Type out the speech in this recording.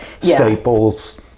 Staples